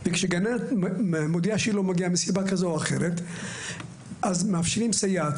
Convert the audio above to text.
וכשגננת מודיעה שהיא לא מגיעה בצורה כזו או אחרת אז מאפשרים סייעת,